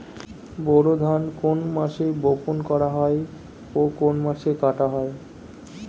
বোরো ধান কোন মাসে বপন করা হয় ও কোন মাসে কাটা হয়?